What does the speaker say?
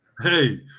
Hey